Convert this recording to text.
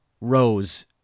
Rose